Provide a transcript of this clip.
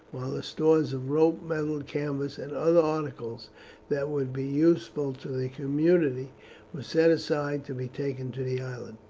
while the stores of rope, metal, canvas, and other articles that would be useful to the community were set aside to be taken to the island.